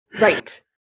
Right